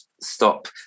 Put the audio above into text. stop